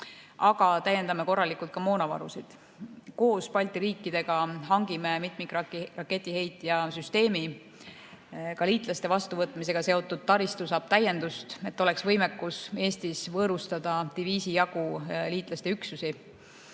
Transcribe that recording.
Aga täiendame korralikult ka moonavarusid. Koos Balti riikidega hangime mitmikraketiheitja süsteemi. Ka liitlaste vastuvõtmisega seotud taristu saab täiendust, et oleks võimekus Eestis võõrustada diviisi jagu liitlaste üksusi.